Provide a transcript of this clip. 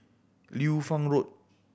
Liu Fang Road